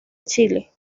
chile